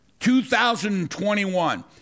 2021